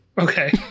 Okay